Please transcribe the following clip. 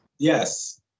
Yes